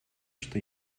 что